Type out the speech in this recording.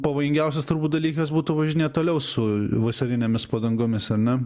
pavojingiausias turbūt dalykas būtų važinėt toliau su vasarinėmis padangomis ar ne